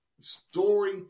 story